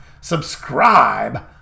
Subscribe